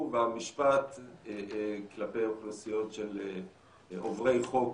והמשפט כלפי אוכלוסיות של עוברי חוק